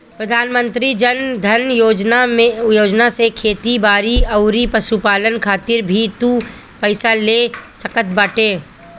प्रधानमंत्री जन धन योजना से खेती बारी अउरी पशुपालन खातिर भी तू पईसा ले सकत बाटअ